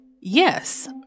Yes